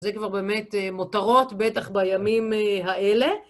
זה כבר באמת מותרות, בטח בימים האלה.